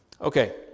Okay